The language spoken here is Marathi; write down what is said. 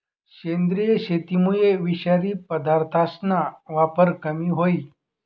सेंद्रिय शेतीमुये विषारी पदार्थसना वापर कमी व्हयी